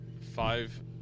Five